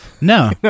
No